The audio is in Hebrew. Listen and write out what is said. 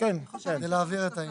כדי להבהיר את העניין.